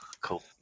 cool